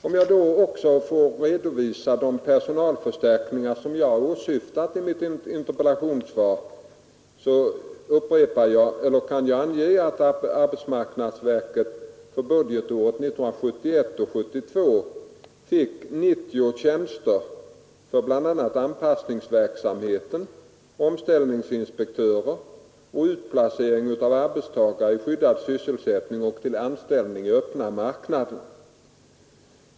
Om jag sedan också får redovisa de personalförstärkningar som jag har åsyftat i mitt interpellationssvar, kan jag ange att arbetsmarknadsverket för budgetåret 1971/72 fick 90 tjänster för bl.a. anpassningsverksamheten, omställningsinspektörer, utplacering av arbetstagare i skyddad sysselsättning och till anställning i öppna marknaden.